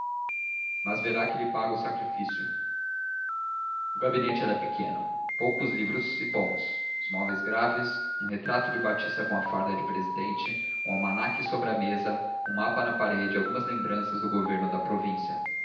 mas verá que lhe pago o sacrifício o gabinete era pequeno poucos livros e bons os móveis graves um retrato de batista com a farda de presidente um almanaque sobre a mesa um mapa na parede algumas lembranças do governo da província